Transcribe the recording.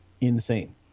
insane